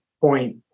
point